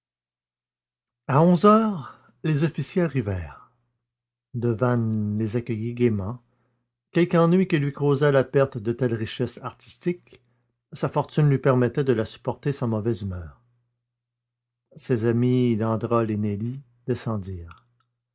onze heures les officiers arrivèrent devanne les accueillit gaiement quelque ennui que lui causât la perte de telles richesses artistiques sa fortune lui permettait de la supporter sans mauvaise humeur ses amis d'androl et nelly